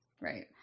Right